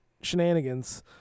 shenanigans